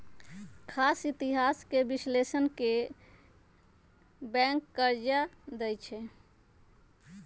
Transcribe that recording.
साख इतिहास के विश्लेषण क के बैंक कर्जा देँई छै